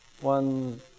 one